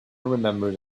remembered